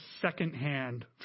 second-hand